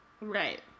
Right